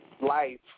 life